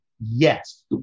yes